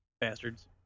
Bastards